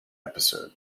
episode